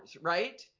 right